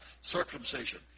circumcision